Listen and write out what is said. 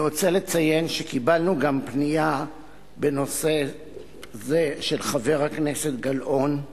אני רוצה לציין שקיבלנו פנייה בנושא זה גם מחברת הכנסת גלאון,